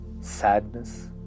sadness